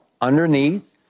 underneath